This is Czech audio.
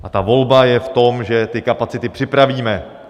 A ta volba je v tom, že ty kapacity připravíme.